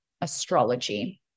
astrology